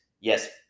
Yes